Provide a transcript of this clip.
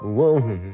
Whoa